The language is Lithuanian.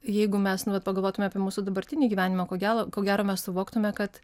jeigu mes nu vat pagalvotume apie mūsų dabartinį gyvenimą ko gero ko gero mes suvoktume kad